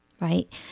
right